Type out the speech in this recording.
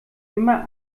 immer